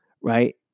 right